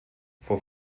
vor